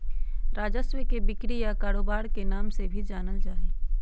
राजस्व के बिक्री या कारोबार के नाम से भी जानल जा हई